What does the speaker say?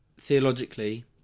theologically